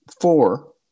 four